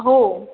हो